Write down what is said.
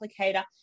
applicator